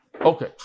Okay